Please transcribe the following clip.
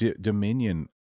Dominion